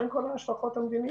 מה עם כל ההשלכות המדיניות?